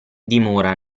dimora